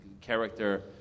character